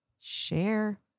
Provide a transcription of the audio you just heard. share